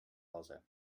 hause